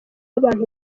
abantu